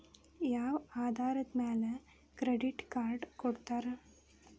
ಯಾವ ಆಧಾರದ ಮ್ಯಾಲೆ ಕ್ರೆಡಿಟ್ ಕಾರ್ಡ್ ಕೊಡ್ತಾರ?